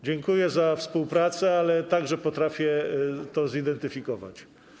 Dziękuję za współpracę, ale także potrafię to zidentyfikować.